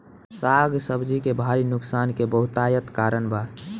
साग सब्जी के भारी नुकसान के बहुतायत कारण का बा?